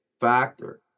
factor